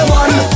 one